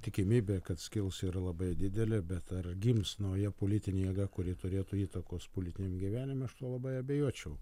tikimybė kad skils yra labai didelė bet ar gims nauja politinė jėga kuri turėtų įtakos politiniam gyvenime aš tuo labai abejočiau